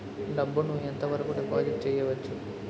డబ్బు ను ఎంత వరకు డిపాజిట్ చేయవచ్చు?